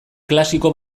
klasiko